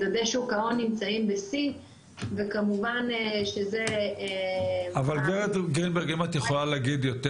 מדדי שוק ההון נמצאים בשיא וכמובן שזה --- אם את יכולה להגיד,